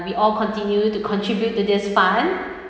we all continue to contribute to this fund